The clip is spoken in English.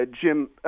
Jim